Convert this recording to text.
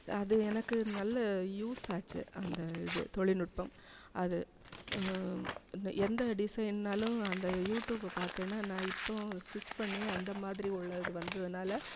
அது எனக்கு நல்ல யூஸ் ஆச்சி அந்த இது தொழில்நுட்பம் அது எந்த டிசைன்னாலும் அந்த யூடியூபை பார்த்தேன்னா நான் இப்போவும் அதை ஸ்டிச் பண்ணுவேன் அந்தமாதிரி உள்ளது வந்ததுனால்